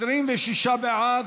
26 בעד,